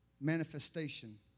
manifestation